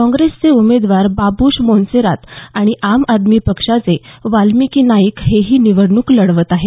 काँप्रेसचे उमेदवार बाब्रश मोन्सेरात आणि आम आदमी पक्षाचे वाल्मिकी नाईक हेही निवडणूक लढवत आहेत